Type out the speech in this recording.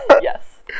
Yes